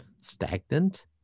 stagnant